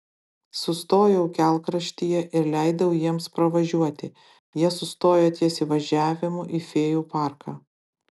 sustojau kelkraštyje ir leidau jiems pravažiuoti jie sustojo ties įvažiavimu į fėjų parką